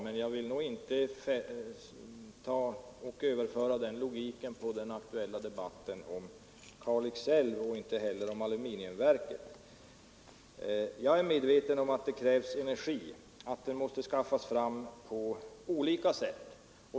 Men jag vill nog inte överföra den logiken på den aktuella debatten om Kalix älv och aluminiumverket. Jag är medveten om att det krävs energi och att den måste skaffas fram på olika sätt.